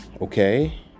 okay